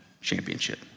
championship